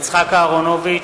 יצחק אהרונוביץ,